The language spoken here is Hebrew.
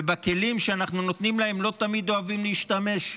ובכלים שאנחנו נותנים להם לא תמיד אוהבים להשתמש,